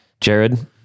Jared